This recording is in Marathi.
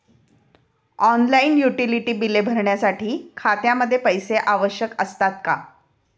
ऑनलाइन युटिलिटी बिले भरण्यासाठी खात्यामध्ये पैसे आवश्यक असतात का?